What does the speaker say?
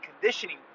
conditioning